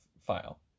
file